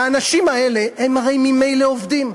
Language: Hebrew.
האנשים האלה הרי ממילא עובדים,